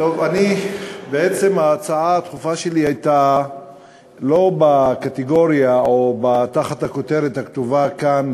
בעצם ההצעה הדחופה שלי הייתה לא בקטגוריה או תחת הכותרת הכתובה כאן,